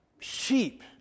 Sheep